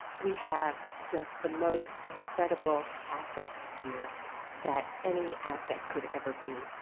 we have just the most incredible asset here that any asset could ever be.